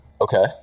Okay